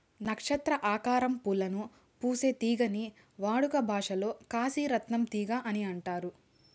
నక్షత్ర ఆకారం పూలను పూసే తీగని వాడుక భాషలో కాశీ రత్నం తీగ అని అంటారు